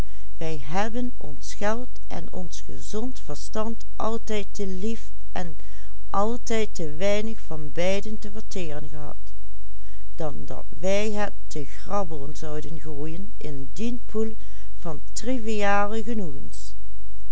weinig van beiden te verteren gehad dan dat wij het te grabbelen zouden gooien in dien poel van triviale genoegens